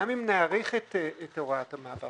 גם אם נאריך את הוראת המעבר,